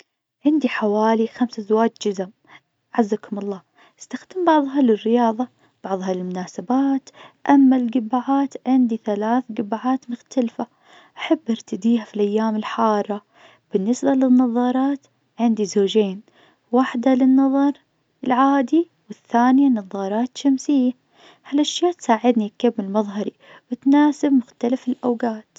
عندي حوالي خمس أزواج جزم، أعزكم الله. أستخدم بعظها للرياضة، وبعظها للمناسبات. أما القبعات عندي ثلاث قبعات مختلفة، أحب أرتديها في الأيام الحارة. بالنسبة للنظارات عندي زوجين، واحدة للنظر العادي والثانية نظارات شمسية. ها الأشياء تساعدني أكمل مظهري وتناسب مختلف الأوقات.